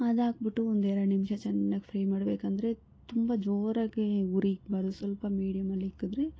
ಅದಾಕ್ಬಿಟ್ಟು ಒಂದು ಎರಡು ನಿಮಿಷ ಚೆನ್ನಾಗಿ ಫ್ರೈ ಮಾಡ್ಬೇಕೆಂದ್ರೆ ತುಂಬ ಜೋರಾಗಿ ಉರಿ ಬೇಡ ಸ್ವಲ್ಪ ಮೀಡಿಯಮಲ್ಲಿಕ್ಕಿದ್ರೆ